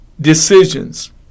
decisions